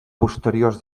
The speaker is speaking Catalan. posteriors